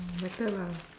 better lah